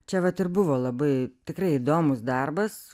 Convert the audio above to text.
čia vat ir buvo labai tikrai įdomus darbas